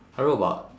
I wrote about